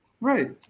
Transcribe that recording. Right